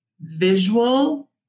visual